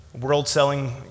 world-selling